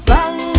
Bang